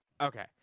Okay